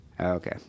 Okay